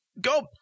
go